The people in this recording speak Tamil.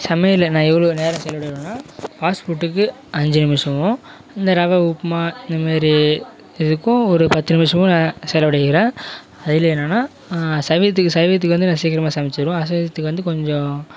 சமையலில் நான் எவ்வளோ நேரம் செலவிடுவேன்னால் ஃபாஸ்ட் ஃபுட்டுக்கு அஞ்சு நிமிஷமும் இந்த ரவை உப்புமா இந்த மாரி எதுக்கும் ஒரு பத்து நிமிஷம் செலவிடுகிறேன் அதுலேயும் என்னென்னா சைவத்துக்கு சைவத்துக்கு வந்து நான் சீக்கிரமா சமைச்சுடுவேன் அசைவத்துக்கு வந்து கொஞ்சம்